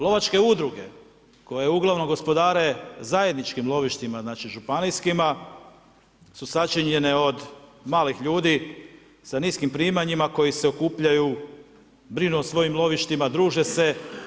Lovačke udruge koje uglavnom gospodare zajedničkim lovištima, znači, županijskima, su sačinjene od malih ljudi sa niskim primanjima koji se okupljaju, brinu o svojim lovištima, druže se.